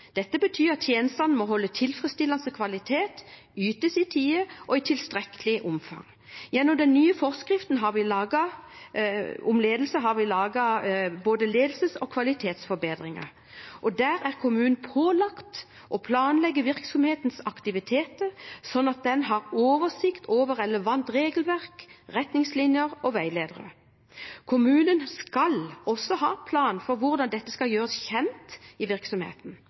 Dette betyr at tjenestene må holde tilfredsstillende kvalitet, ytes i tide og i tilstrekkelig omfang. Gjennom den nye forskriften om ledelse har vi laget både ledelses- og kvalitetsforbedringer, og der er kommunen pålagt å planlegge virksomhetens aktiviteter slik at den har oversikt over relevante regelverk, retningslinjer og veiledere. Kommunen skal også ha en plan for hvordan dette skal gjøres kjent i virksomheten.